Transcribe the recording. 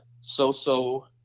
so-so